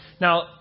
Now